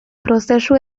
prozesu